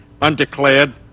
Undeclared